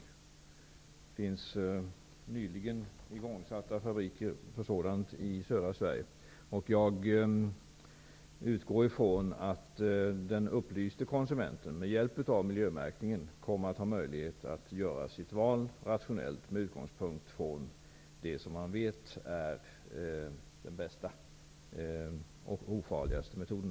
Det finns nyligen igångsatta fabriker på det här området i södra Sverige. Jag utgår från att den upplyste konsumenten med hjälp av miljömärkningen kommer att ha möjlighet att göra sitt val rationellt med utgångspunkt från det som man vet är den bästa och ofarligaste metoden.